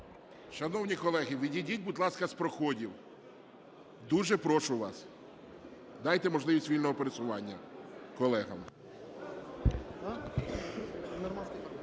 Шановні колеги, відійдіть, будь ласка, з проходів, дуже прошу вас. Дайте можливість вільного пересування колегам.